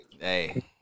Hey